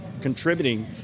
contributing